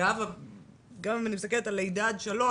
גם מלידה עד 3,